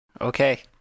Okay